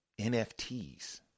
NFTs